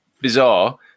bizarre